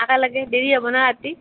একেলগে দেৰি হ'ব না ৰাতি